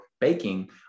baking